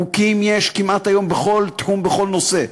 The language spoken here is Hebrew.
חוקים יש היום כמעט בכל תחום, בכל נושא.